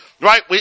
right